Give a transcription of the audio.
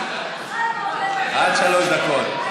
עד שלוש דקות.